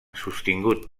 sostingut